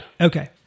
Okay